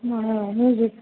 मानो